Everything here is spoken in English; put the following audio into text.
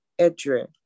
Edre